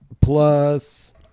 plus